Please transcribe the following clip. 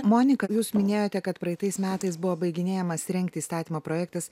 monika jūs minėjote kad praeitais metais buvo baiginėjamas rengti įstatymo projektas